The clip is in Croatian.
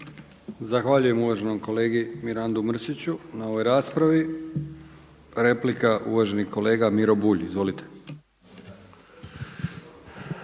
Zahvaljujem uvaženom kolegi Mirandu Mrsiću na ovoj raspravi. Replika uvaženi kolega Miro Bulj, izvolite.